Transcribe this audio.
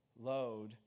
load